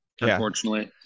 unfortunately